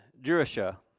Jerusha